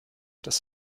das